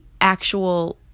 actual